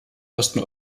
osten